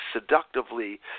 seductively